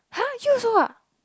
!huh! you also ah